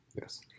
Yes